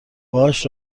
باهاش